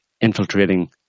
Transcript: infiltrating